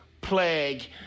plague